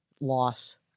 loss